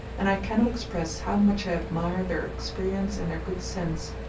and i cannot express how much i admire their experience and their good sense.